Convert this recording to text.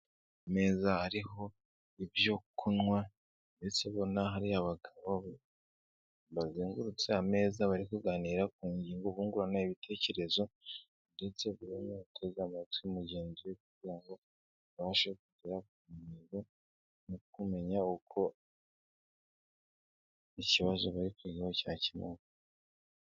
Ameza ariho ibyo kunywa ndetse ubona hari abagabo, bazengurutse ameza bari kuganira ku ngingo bungurane ibitekerezo ndetse buri umwe ateze amatwi mugenzi we, kugira ngo babashe kugera ku ntego mu kumenya uko ikibazo bariho kwigaho cyakemuwe.